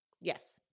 Yes